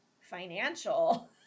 financial